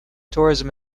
tourism